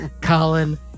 Colin